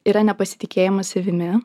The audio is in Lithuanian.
yra nepasitikėjimas savimi